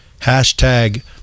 Hashtag